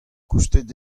koustet